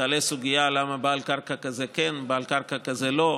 תעלה הסוגיה למה בעל קרקע כזה כן ובעל קרקע כזה לא,